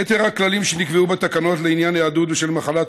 יתר הכללים שנקבעו בתקנות לעניין היעדרות בשל מחלת